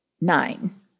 nine